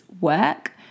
work